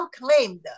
claimed